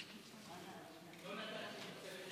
לא נתת לי תוספת.